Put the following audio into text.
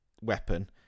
weapon